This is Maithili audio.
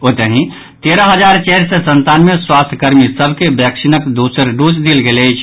ओतहि तेरह हजार चारि सॅ संतानवे स्वास्थ्य कर्मी सभ के वैक्सीनक दोसर डोज देल गेल अछि